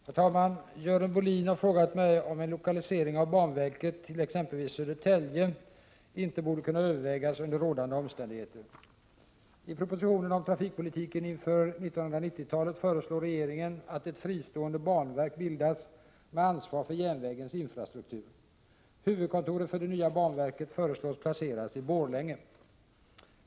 Herr talman! Görel Bohlin har fråga mig om en lokalisering av banverket till exempelvis Södertälje inte borde kunna övervägas under rådande omständigheter. I propositionen om trafikpolitiken inför 1990-talet, föreslår regeringen att ett fristående banverk bildas med ansvar för järnvägens infrastruktur. Huvudkontoret för det nya banverket föreslås bli placerat i Borlänge.